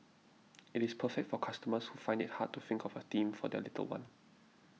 it is perfect for customers who find it hard to think of a theme for their little one